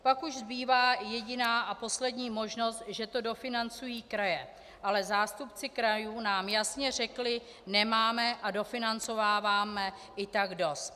Pak už zbývá jediná a poslední možnost, že to dofinancují kraje, ale zástupci krajů nám jasně řekli: Nemáme a dofinancováváme i tak dost.